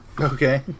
Okay